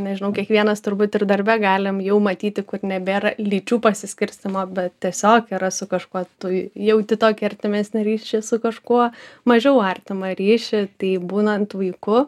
nežinau kiekvienas turbūt ir darbe galim jau matyti kad nebėra lyčių pasiskirstymo bet tiesiog yra su kažkuo tu jauti tokį artimesnį ryšį su kažkuo mažiau artimą ryšį tai būnant vaiku